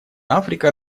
африка